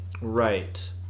Right